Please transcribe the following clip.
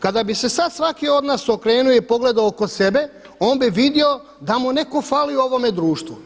Kada bi se sad svaki od nas okrenuo i pogledao oko sebe on bi vidio da mu netko fali u ovome društvu.